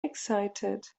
excited